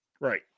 Right